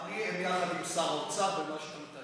לצערי, הם יחד עם שר האוצר במה שאתה מתאר.